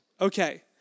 Okay